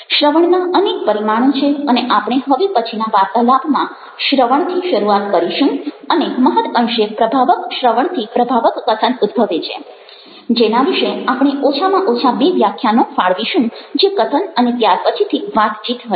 શ્રવણના અનેક પરિમાણો છે અને આપણે હવે પછીના વાર્તાલાપમાં શ્રવણથી શરૂઆત કરીશું અને મહદ અંશે પ્રભાવક શ્રવણથી પ્રભાવક કથન ઉદ્ભવે છે જેના વિશે આપણે ઓછામાં ઓછા બે વ્યાખ્યાનો ફાળવીશું જે કથન અને ત્યાર પછીથી વાતચીત હશે